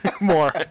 More